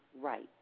right